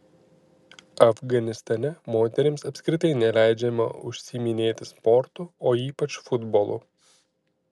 afganistane moterims apskritai neleidžiama užsiiminėti sportu o ypač futbolu